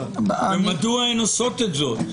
ומדוע הן עושות את זאת?